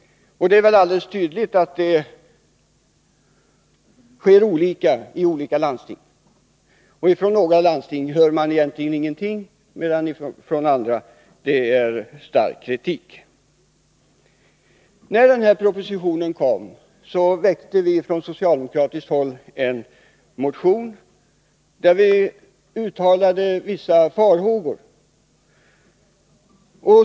Det är väl alldeles tydligt att man handlar på olika sätt i olika landsting. Från några landsting hörs egentligen ingenting, medan det från andra landsting kommer stark kritik. När den här propositionen lades fram väckte vi från socialdemokratiskt håll en motion där vi uttalade vissa farhågor.